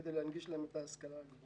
נוספות כדי להנגיש להם את ההשכלה הגבוהה.